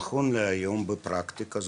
נכון להיום בפרקטיקה,